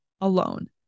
alone